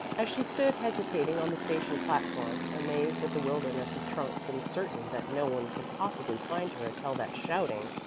as she stood hesitating on the station platform, amazed at the wilderness of trunks and certain that no one could possibly find her until that shouting,